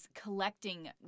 collecting